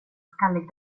skallig